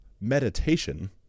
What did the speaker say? meditation